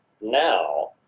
now